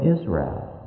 Israel